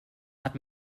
hat